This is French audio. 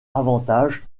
avantages